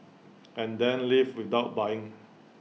and then leave without buying